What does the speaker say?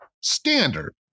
standard